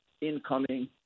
incoming